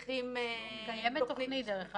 קיימת תוכנית, דרך אגב.